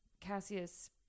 Cassius